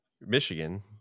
Michigan